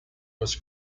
was